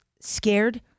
scared